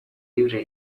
librea